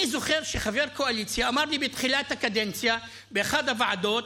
אני זוכר שחבר קואליציה אמר לי בתחילת הקדנציה באחת הוועדות: